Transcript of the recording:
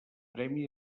premi